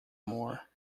more